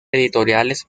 editoriales